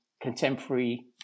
contemporary